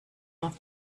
off